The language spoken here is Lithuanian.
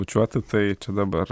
bučiuoti tai čia dabar